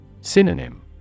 Synonym